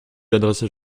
adressait